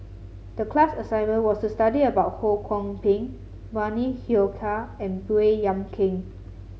the class assignment was to study about Ho Kwon Ping Bani Haykal and Baey Yam Keng